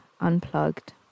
Unplugged